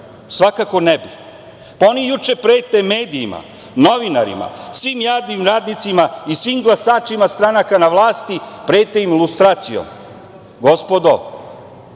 ne bi. Oni juče prete medijima, novinarima, svim jadnim radnicima i svim glasačima stranaka na vlasti, prete im lustracijom. Gospodo,